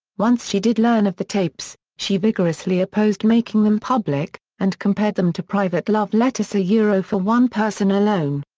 once she did learn of the tapes, she vigorously opposed making them public, and compared them to private love letters ah yeah for one person alone.